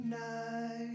night